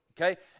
okay